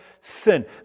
sin